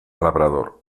labrador